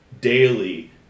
daily